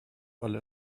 alle